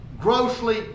grossly